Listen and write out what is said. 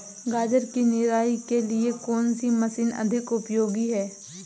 गाजर की निराई के लिए कौन सी मशीन अधिक उपयोगी है?